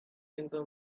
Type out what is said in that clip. into